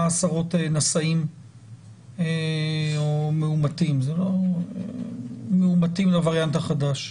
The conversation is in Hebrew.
עשרות נשאים או מאומתים לווריאנט החדש.